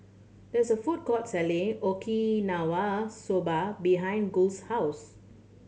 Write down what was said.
there is a food court selling Okinawa Soba behind Gus' house